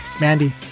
Mandy